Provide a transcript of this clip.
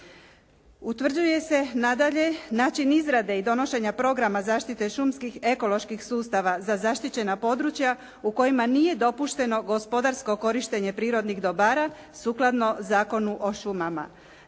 Utvrđuje se nadalje način izrade i donošenja programa zaštite šumskih ekoloških sustava za zaštićena područja u kojima nije dopušteno gospodarsko korištenje prirodnih dobara sukladno Zakonu o šumama.